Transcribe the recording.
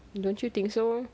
don't you think so